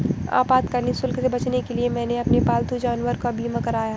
आपातकालीन शुल्क से बचने के लिए मैंने अपने पालतू जानवर का बीमा करवाया है